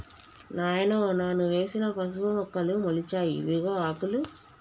నాయనో నాను వేసిన పసుపు మొక్కలు మొలిచాయి ఇవిగో ఆకులు